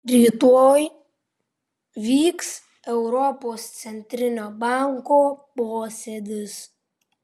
rytoj vyks europos centrinio banko posėdis